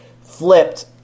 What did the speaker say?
flipped